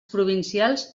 provincials